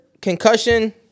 concussion